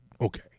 okay